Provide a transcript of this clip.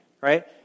right